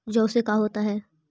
जौ से का होता है?